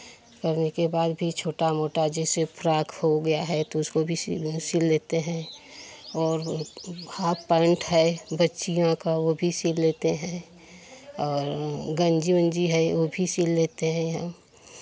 करने के बाद भी छोटा मोटा जैसे फ्रॉक हो गया है तो उसको भी सिल सिल लेते हैं और हाफ पैन्ट है बच्चियाँ का वो भी सिल लेते हैं और गंजी ओंजी है वो भी सिल लेते हैं हम